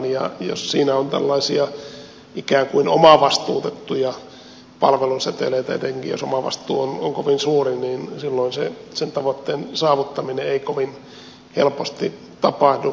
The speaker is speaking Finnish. jos siinä on tällaisia ikään kuin omavastuutettuja palveluseteleitä ja etenkin jos omavastuu on kovin suuri niin silloin sen tavoitteen saavuttaminen ei kovin helposti tapahdu